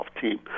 team